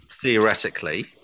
theoretically